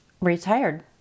retired